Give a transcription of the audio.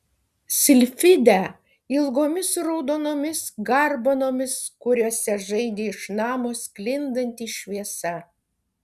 silfidę ilgomis raudonomis garbanomis kuriuose žaidė iš namo sklindanti šviesa